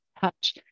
touch